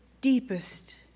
deepest